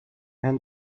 and